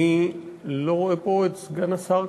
אני לא רואה פה כרגע את סגן השר,